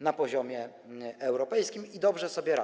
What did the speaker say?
na poziomie europejskim, i dobrze sobie radzi.